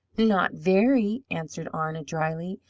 not very, answered arna, dryly.